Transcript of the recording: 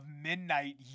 Midnight